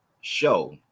show